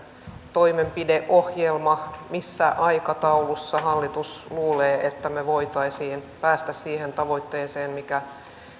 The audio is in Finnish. toimenpideohjelma missä aikataulussa hallitus luulee että me voisimme päästä siihen tavoitteeseen mikä